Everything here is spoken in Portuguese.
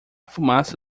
fumaça